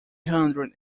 hundred